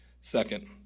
Second